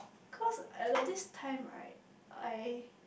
cause I got this time right I